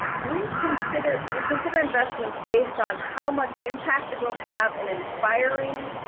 we consider we consider investments based on how much impact it will have in inspiring,